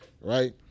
right